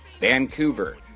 Vancouver